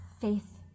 faith